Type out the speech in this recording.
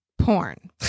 porn